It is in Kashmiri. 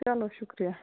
چلو شُکریہ